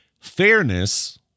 fairness